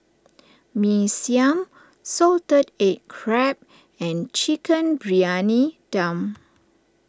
Mee Siam Salted Egg Crab and Chicken Briyani Dum